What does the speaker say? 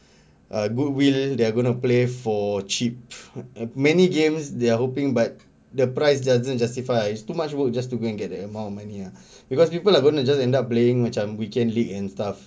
err goodwill they are gonna play for cheap many games they are hoping but the price doesn't justify it's too much work just to go and get the amount of money ah because people are gonna just end up playing macam weekend league and stuff